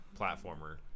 platformer